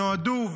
שנועדו,